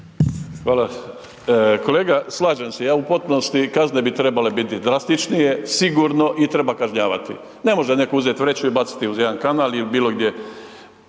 Hvala. Kolega, slažem se ja u potpunosti, kazne bi trebale biti drastičnije, sigurno, i treba kažnjavati. Ne može neko uzeti vreću i baciti je u jedan kanal i bilo gdje.